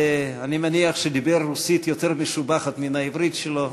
ואני מניח שדיבר רוסית יותר משובחת מן העברית שלו,